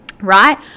right